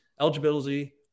Eligibility